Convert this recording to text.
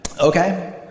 Okay